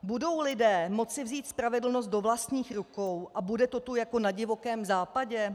Budou lidé moci vzít spravedlnost do vlastních rukou a bude to tu jako na Divokém západě?